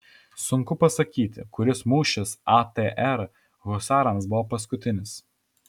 sunku pasakyti kuris mūšis atr husarams buvo paskutinis